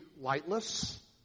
lightless